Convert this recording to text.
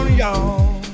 y'all